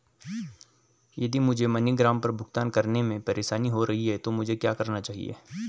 यदि मुझे मनीग्राम पर भुगतान करने में परेशानी हो रही है तो मुझे क्या करना चाहिए?